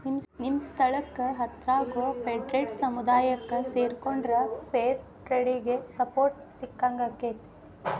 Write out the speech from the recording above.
ನಿಮ್ಮ ಸ್ಥಳಕ್ಕ ಹತ್ರಾಗೋ ಫೇರ್ಟ್ರೇಡ್ ಸಮುದಾಯಕ್ಕ ಸೇರಿಕೊಂಡ್ರ ಫೇರ್ ಟ್ರೇಡಿಗೆ ಸಪೋರ್ಟ್ ಸಿಕ್ಕಂಗಾಕ್ಕೆತಿ